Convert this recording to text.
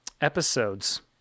episodes